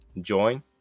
join